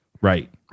Right